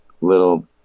little